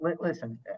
listen